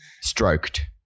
stroked